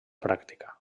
pràctica